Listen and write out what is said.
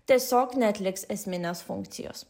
tiesiog neatliks esminės funkcijos